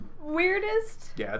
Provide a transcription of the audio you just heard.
weirdest